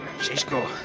Cisco